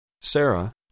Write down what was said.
Sarah